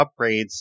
upgrades